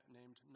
named